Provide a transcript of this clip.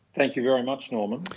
thank you very much norman.